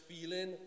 feeling